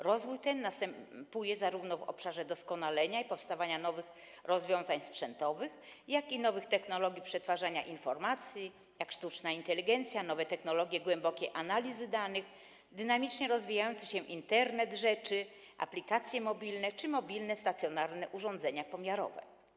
Rozwój ten następuje w obszarze zarówno doskonalenia i powstawania nowych rozwiązań sprzętowych, jak i nowych technologii przetwarzania informacji, jak sztuczna inteligencja, nowe technologie głębokiej analizy danych, dynamicznie rozwijający się Internet rzeczy, aplikacje mobilne czy mobilne stacjonarne urządzenia pomiarowe.